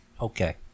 Okay